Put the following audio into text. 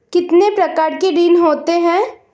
कितने प्रकार के ऋण होते हैं?